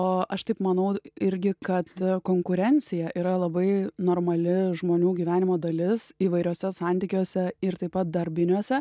o aš taip manau irgi kad konkurencija yra labai normali žmonių gyvenimo dalis įvairiuose santykiuose ir taip pat darbiniuose